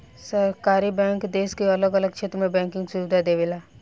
सहकारी बैंक देश के अलग अलग क्षेत्र में बैंकिंग सुविधा देवेला